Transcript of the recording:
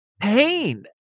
pain